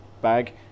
bag